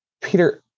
Peter